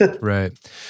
Right